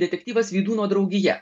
detektyvas vydūno draugija